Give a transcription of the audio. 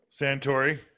Santori